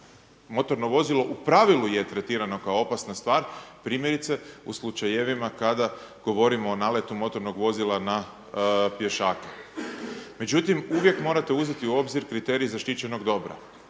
Motorno vozilo u pravilu je tretirano kao opasna stvar, primjerice u slučajevima kada govorimo o naletu motornog vozila na pješake. Međutim, uvijek morate uzeti u obzir kriterij zaštićenog dobra.